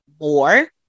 more